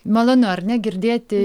malonu ar ne girdėti